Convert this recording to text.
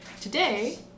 today